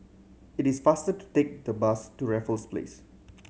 it is faster to take the bus to Raffles Place